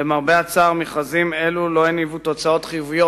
למרבה הצער, מכרזים אלו לא הניבו תוצאות חיוביות.